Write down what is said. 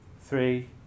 three